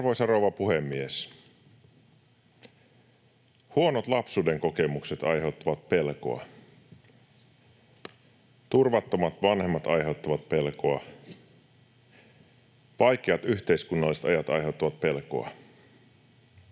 Arvoisa rouva puhemies! Huonot lapsuuden kokemukset aiheuttavat pelkoa. Turvattomat vanhemmat aiheuttavat pelkoa. Vaikeat yhteiskunnalliset ajat aiheuttavat pelkoa.